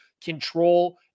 control